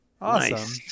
Awesome